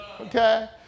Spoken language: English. Okay